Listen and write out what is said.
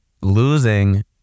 Losing